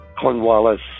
Cornwallis